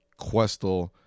Questel